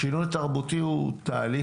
השינוי התרבותי הוא תהליך,